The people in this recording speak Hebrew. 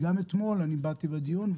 גם אתמול אני באתי לדיון,